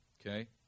Okay